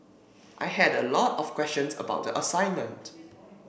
I had a lot of questions about the assignment